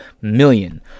million